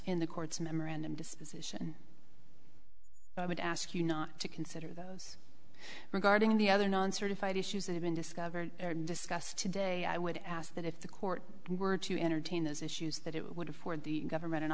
in the court's memorandum disposition i would ask you not to consider those regarding the other non certified issues that have been discovered or discussed today i would ask that if the court were to entertain those issues that it would afford the government an